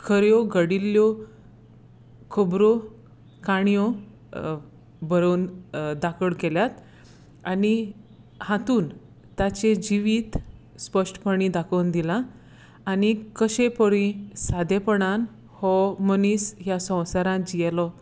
खऱ्यो घडिल्ल्यो खबरो काणयो बरोन दाखोड केल्यात आनी हातून ताचें जिवीत स्पश्टपणी दाकोन दिलां आनी कशें पोरी सादेपणान हो मोनीस ह्या सोंवसारांत जियेलो